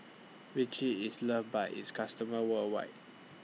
Vichy IS loved By its customers worldwide